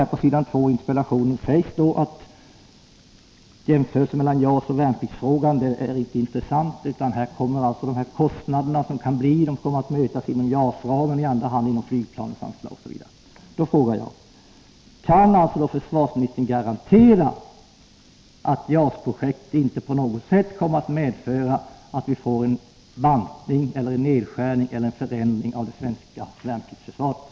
I interpellationssvaret görs en jämförelse mellan JAS och värnpliktsfrågan, och det sägs att ”kostnadsfördyringar inom projektet bör mötas med reduktioner i första hand inom JAS-ramen och i andra hand inom flygvapnets ram”. Då frågar jag: Kan försvarsministern garantera att JAS-projektet inte på något sätt kommer att medföra en bantning, nedskärning eller förändring av det svenska värnpliktsförsvaret?